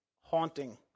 haunting